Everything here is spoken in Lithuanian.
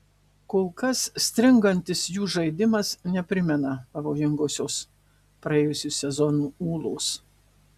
kol kas stringantis jų žaidimas neprimena pavojingosios praėjusių sezonų ūlos